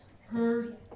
heard